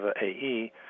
AE